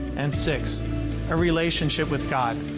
and six a relationship with god.